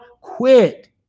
quit